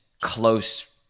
close